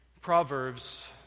Proverbs